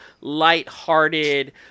Light-hearted